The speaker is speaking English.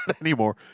anymore